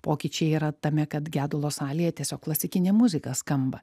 pokyčiai yra tame kad gedulo salėje tiesiog klasikinė muzika skamba